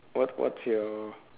what what's your